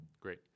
Great